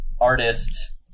artist